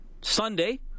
Sunday